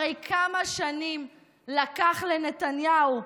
הרי כמה שנים לקח לנתניהו,